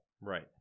right